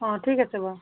অঁ ঠিক আছে বাৰু